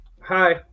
Hi